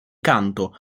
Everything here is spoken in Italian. canto